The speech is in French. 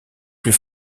plus